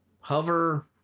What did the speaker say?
Hover